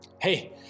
Hey